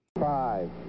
Five